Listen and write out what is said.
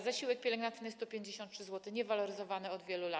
Zasiłek pielęgnacyjny - 153 zł, niewaloryzowany od wielu lat.